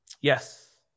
Yes